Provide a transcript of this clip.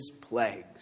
plagues